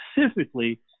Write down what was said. specifically